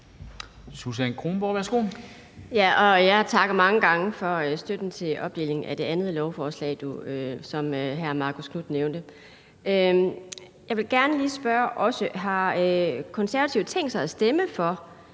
gerne lige spørge, om Konservative har tænkt sig at stemme for